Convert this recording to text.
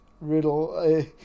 Riddle